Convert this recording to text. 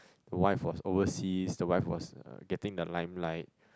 the wife was overseas the wife was uh getting the limelight